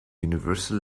universal